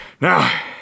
Now